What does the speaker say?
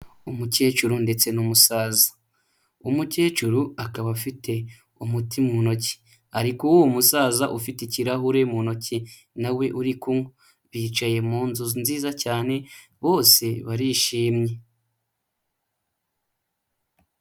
Umukecuru ndetse n'musaza, umukecuru akaba afite umuti mu ntoki ari kuwuha umusaza ufite ikirahure mu ntoki nawe uri kunywa, bicaye mu nzu nziza cyane bose barishimye.